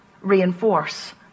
reinforce